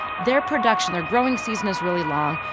their production, their growing season, is really long.